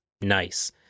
nice